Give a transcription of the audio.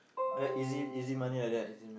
I like easy easy money like that